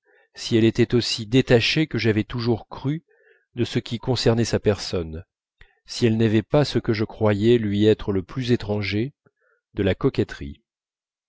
si elle était aussi détachée que j'avais toujours cru de ce qui concernait sa personne si elle n'avait pas ce que je croyais lui être le plus étranger de la coquetterie